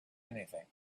anything